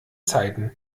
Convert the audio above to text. zeiten